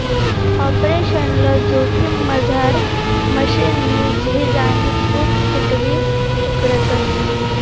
operational जोखिममझार मशीननी झीज आणि टूट फूटबी पकडतस